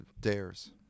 dares